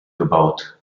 gebaut